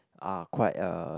are quite a